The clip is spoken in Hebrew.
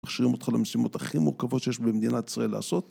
מכשירים אותך למשימות הכי מורכבות שיש במדינת ישראל לעשות